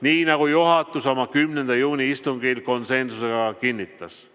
nii nagu juhatus oma 10. juuni istungil konsensusega kinnitas.